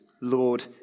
Lord